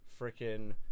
freaking